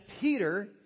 Peter